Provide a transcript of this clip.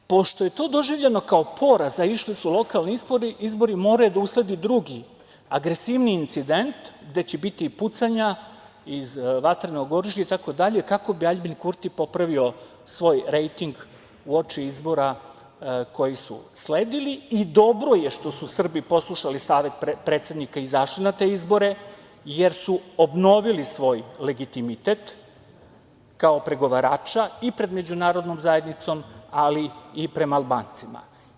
Pošto je to doživljeno kao poraz a išli su lokalni izbori morao je da usledi drugi agresivniji incident gde će biti i pucanja iz vatrenog oružja itd. kako bi Aljbin Kurti popravio svoj rejting uoči izbora koji su sledili i dobro je što su Srbi poslušali savet predsednika i izašli na te izbore jer su obnovili svoj legitimitet kao pregovarača i pred međunarodnom zajednicom ali i prema Albancima.